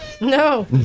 No